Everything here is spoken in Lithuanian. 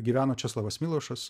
gyveno česlovas milošas